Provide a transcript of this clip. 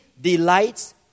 delights